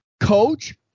coach